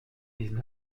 dix